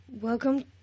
Welcome